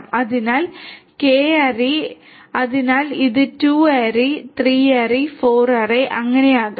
അതിനാൽ കെ ആരി അതിനാൽ ഇത് 2 ആരി 3 ആരി 4 ആരി അങ്ങനെയാകാം